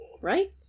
Right